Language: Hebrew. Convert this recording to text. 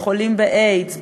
בחולים באיידס,